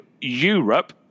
Europe